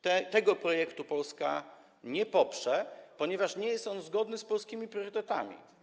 Tego projektu Polska nie poprze, ponieważ nie jest on zgodny z polskimi priorytetami.